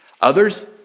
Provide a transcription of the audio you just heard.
Others